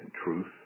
truth